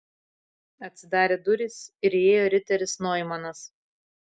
atsidarė durys ir įėjo riteris noimanas